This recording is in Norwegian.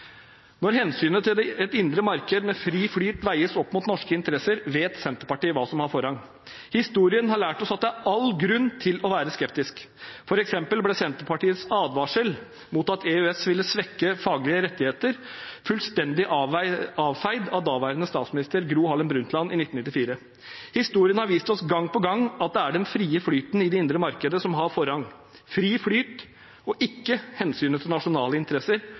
Når hensynet til et indre marked med fri flyt veies opp mot norske interesser, vet Senterpartiet hva som har forrang. Historien har lært oss at det er all grunn til å være skeptisk. For eksempel ble Senterpartiets advarsel om at EØS ville svekke faglige rettigheter, i 1994 fullstendig avfeid av daværende statsminister Gro Harlem Brundtland. Historien har vist oss gang på gang at det er den frie flyten i det indre markedet som har forrang. Fri flyt – og ikke hensynet til nasjonale interesser,